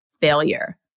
failure